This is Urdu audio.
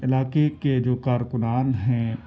علاقے کے جو کارکنان ہیں